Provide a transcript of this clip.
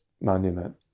monument